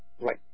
Right